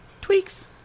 tweaks